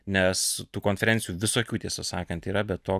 nes tų konferencijų visokių tiesą sakant yra be to